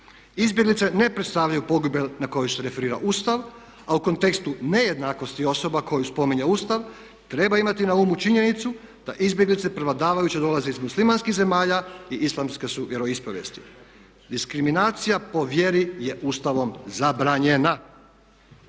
Izbjeglice ne predstavljaju pogibelj na koju se referira Ustav a u kontekstu nejednakosti osoba koju spominje Ustav treba imati na umu činjenicu da izbjeglice prevladavajuće dolaze iz muslimanskih zemalja i islamske su vjeroispovijesti. Diskriminacija po vjeri je Ustavom zabranjena.